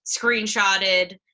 screenshotted